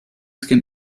skin